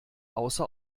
außer